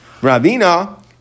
Ravina